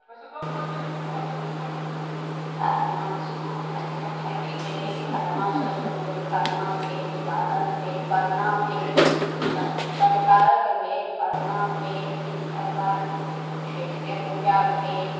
खरना छठीके लेल खरना खरनासँ शुरू खरना भेल पारन भेल परना भेल स सँझुका अर्घ भेल परना भेल इनका बाद छैठके पूजा भेल